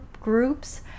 groups